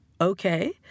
Okay